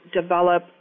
develop